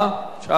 שעה וחצי.